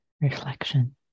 reflection